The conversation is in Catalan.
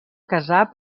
casar